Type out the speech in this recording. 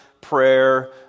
prayer